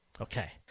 Okay